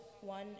one